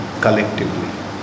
collectively